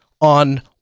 on